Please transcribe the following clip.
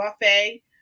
buffet